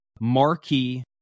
marquee